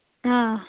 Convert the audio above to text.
آ